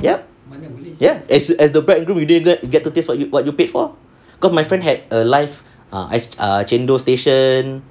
ya ya as the as the bride and groom you didn't even get to taste what you what you paid for cause my friend had a live err a chendol station